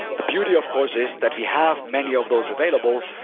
the beauty of course is that we have many of those available.